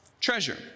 treasure